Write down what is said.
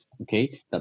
okay